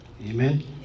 Amen